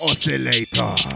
Oscillator